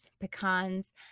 pecans